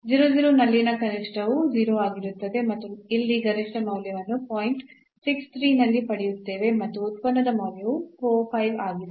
ನಲ್ಲಿನ ಕನಿಷ್ಠವು 0 ಆಗಿರುತ್ತದೆ ಮತ್ತು ಇಲ್ಲಿ ಗರಿಷ್ಠ ಮೌಲ್ಯವನ್ನು ಪಾಯಿಂಟ್ ನಲ್ಲಿ ಪಡೆಯುತ್ತೇವೆ ಮತ್ತು ಉತ್ಪನ್ನದ ಮೌಲ್ಯವು 45 ಆಗಿದೆ